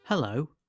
Hello